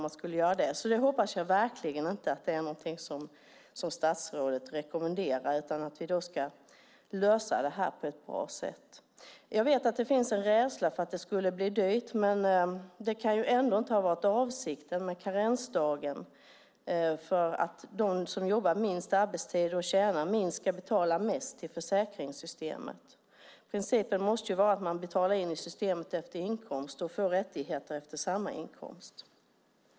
Jag hoppas verkligen att detta inte är något som statsrådet rekommenderar utan att vi ska lösa det här på ett bra sätt. Jag vet att det finns en rädsla för att detta skulle bli dyrt, men avsikten med karensdagen kan inte har varit att de som jobbar minst och tjänar minst ska betala mest till försäkringssystemet. Principen måste ju vara att man betalar in i systemet efter inkomst och får rättigheter efter samma inkomst.